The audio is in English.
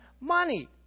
money